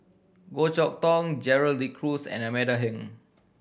Goh Chok Tong Gerald De Cruz and Amanda Heng